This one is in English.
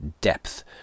depth